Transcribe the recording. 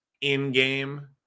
in-game